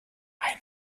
ein